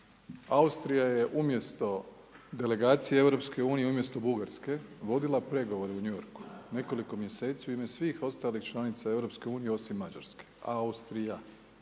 Austrija je umjesto delegacije EU umjesto Bugarske vodila pregovore u New Yorku, nekoliko mjeseci u ime svih ostalih članica EU osim Mađarske, Austrija.